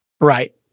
Right